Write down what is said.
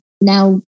now